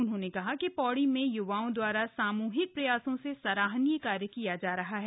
उन्होंने कहा कि शौड़ी में यूवाओं दवारा सामूहिक प्रयासों से सराहनीय कार्य किया जा रहा है